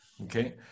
okay